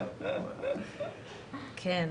כן.